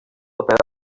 about